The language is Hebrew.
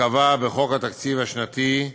ייקבע בחוק התקציב השנתי,